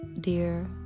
Dear